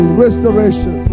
restoration